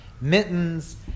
mittens